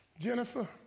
Jennifer